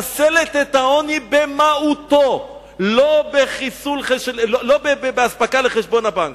ומחסלת את העוני במהותו, לא באספקה לחשבון הבנק.